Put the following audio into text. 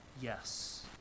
yes